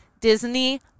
Disney